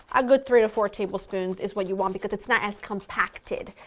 a good three to four tablespoons is what you want because it's not as compacted.